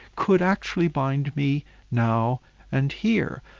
could actually bind me now and here.